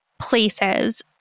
places